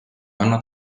anna